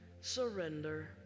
surrender